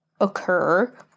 occur